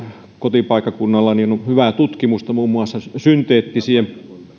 kotipaikkakunnalla lappeenrannassa on hyvää tutkimusta muun muassa synteettisten